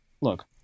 Look